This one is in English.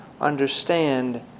understand